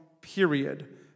period